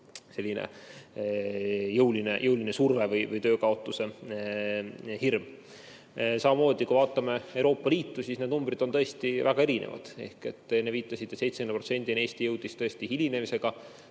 mingi jõuline surve või töökaotuse hirm. Kui me vaatame Euroopa Liitu, siis need numbrid on tõesti väga erinevad. Te enne viitasite, et 70%‑ni Eesti jõudis hilinemisega.